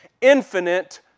infinite